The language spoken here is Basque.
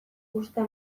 uzta